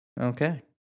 Okay